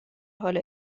حال